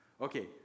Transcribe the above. Okay